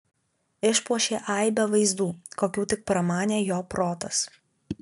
išpuošė aibe vaizdų kokių tik pramanė jo protas